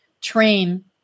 train